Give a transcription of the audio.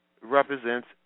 represents